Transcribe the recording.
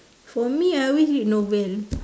for me I always read novel